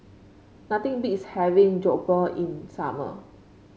nothing beats having Jokbal in summer